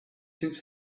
since